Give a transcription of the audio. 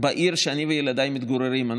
בעיר שאני וילדיי מתגוררים בה,